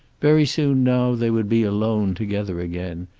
very soon now they would be alone together again,